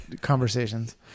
conversations